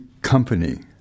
company